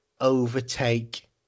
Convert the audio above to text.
overtake